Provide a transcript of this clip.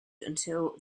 until